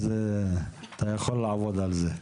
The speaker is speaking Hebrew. אז אתה יכול לעבוד על זה.